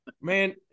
man